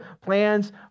Plans